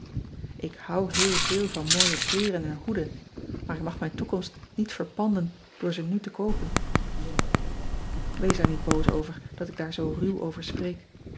k hou heel veel van mooie kleeren en hoeden maar ik mag mijn toekomst niet verpanden door ze nu te koopen ees er niet boos over dat ik daar zoo ruw over spreek